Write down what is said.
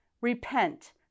repent